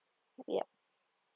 yup